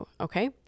Okay